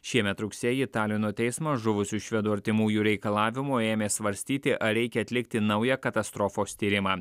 šiemet rugsėjį talino teismas žuvusių švedų artimųjų reikalavimu ėmė svarstyti ar reikia atlikti naują katastrofos tyrimą